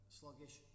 sluggish